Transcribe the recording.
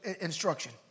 instruction